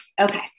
Okay